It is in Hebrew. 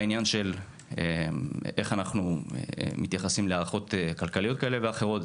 בעניין של איך אנחנו מתייחסים להערכות כלכליות כאלה ואחרות,